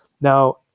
Now